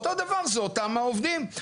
אותו דבר זה אותם העובדים.